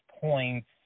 points